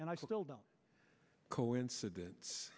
and i still don't co incidence